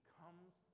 comes